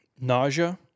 Nausea